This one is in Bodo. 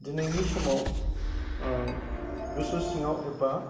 दिनैनि समाव गोसो सिङाव एबा